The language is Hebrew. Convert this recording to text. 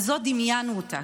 כזאת דמיינו אותה,